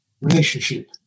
relationship